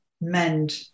mend